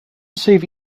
save